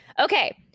Okay